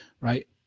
Right